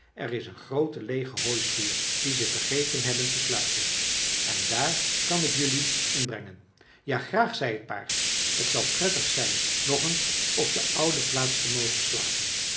er is een groote leege hooischuur die ze vergeten hebben te sluiten en daar kan ik jelui in brengen ja graag zei het paard t zal prettig zijn nog eens op de oude plaats te mogen slapen